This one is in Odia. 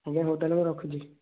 ଆଜ୍ଞା ହଉ ତାହେଲେ ମୁଁ ରଖୁଛି